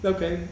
Okay